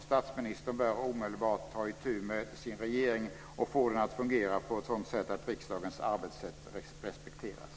Statsministern bör omedelbart ta itu med sin regering och få den att fungera på ett sådant sätt att riksdagens arbetssätt respekteras.